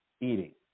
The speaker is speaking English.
eating